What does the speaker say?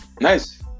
nice